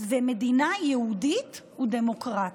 ומדינה יהודית ודמוקרטית.